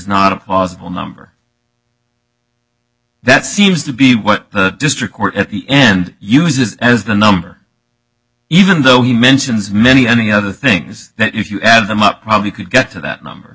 plausible number that seems to be what the district court at the end uses as the number even though he mentions many any other things that if you add them up probably could get to that number